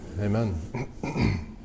amen